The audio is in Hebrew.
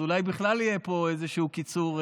אז אולי בכלל יהיה פה איזשהו קיצור,